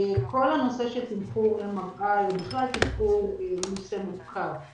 כל הנושא של תמחור MRI ובכלל תמחור הוא נושא מורכב.